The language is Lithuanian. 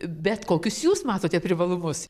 bet kokius jūs matote privalumus